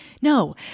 No